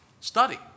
study